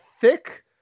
thick